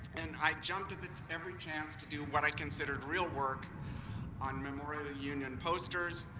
and i jumped at every chance to do what i considered real work on memorial union posters,